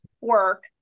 work